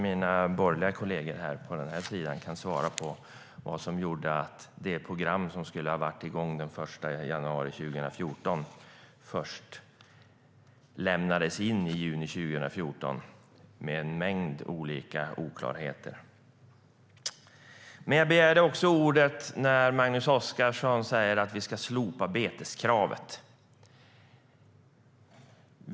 Mina borgerliga kollegor kanske kan svara på vad det var som gjorde att det program som skulle ha varit igång den 1 januari 2014 lämnades in först i juni 2014, med en mängd oklarheter. Jag begärde ordet när jag hörde Magnus Oscarsson säga att vi ska slopa beteskravet.